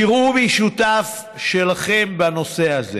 תראו מי שותף שלכם בנושא הזה.